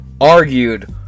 argued